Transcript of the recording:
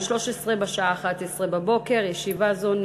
ביוני 2013, בשעה 11:00. ישיבה זו נעולה.